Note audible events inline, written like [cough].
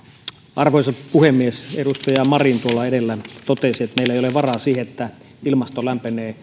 arvoisa puhemies edustaja marin edellä totesi että meillä ei ole varaa siihen että ilmasto lämpenee [unintelligible]